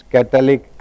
Catholic